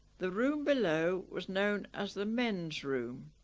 the room below was known as the men's room